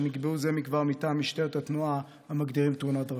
נקבעו זה מכבר מטעם משטרת התנועה המגדירים תאונת דרכים.